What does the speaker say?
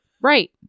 Right